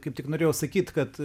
kaip tik norėjau sakyt kad